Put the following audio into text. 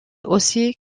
aussi